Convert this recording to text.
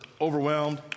overwhelmed